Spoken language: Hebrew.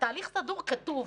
התהליך סדור, כתוב.